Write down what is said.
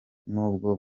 n’ubwo